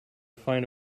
find